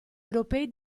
europei